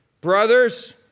Brothers